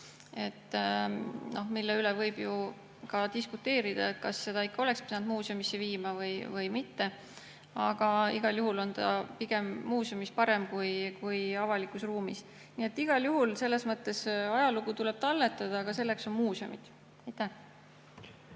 mille üle võib ju diskuteerida, kas selle oleks pidanud muuseumisse viima või mitte. Aga igal juhul on ta pigem muuseumis parem kui avalikus ruumis. Nii et igal juhul selles mõttes ajalugu tuleb talletada, aga selleks on muuseumid.